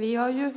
Vi har